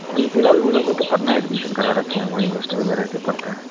अभी फिलहाल उन लोग का पटना एडमिशन करा रखे है वही हॉस्टल में रहकर पढ़ता है